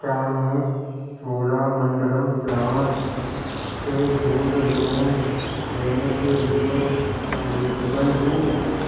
کیا میں Cholamandalam finance سے گولڈ لون لینے کے لیے ایلیجبل ہوں